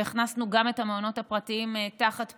והכנסנו גם את המעונות הפרטיים תחת פיקוח,